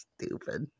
Stupid